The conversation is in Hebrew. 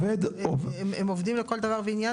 הם עובדים לכל דבר ועניין.